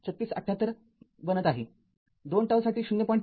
३६७८ बनत आहे२ ζ साठी ०